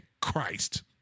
Christ